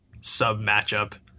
sub-matchup